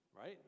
right